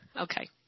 Okay